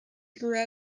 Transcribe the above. grew